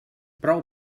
prou